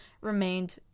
remained